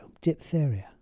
diphtheria